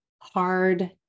Hard